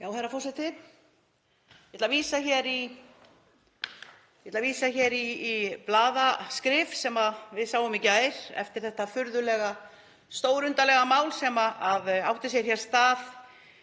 Herra forseti. Ég ætla að vísa hér í blaðaskrif sem við sáum í gær eftir þetta furðulega og stórundarlega mál sem átti sér stað